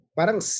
parang